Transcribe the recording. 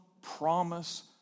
promise